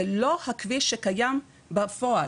זה לא הכביש שקיים בפועל.